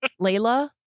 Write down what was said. Layla